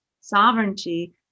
sovereignty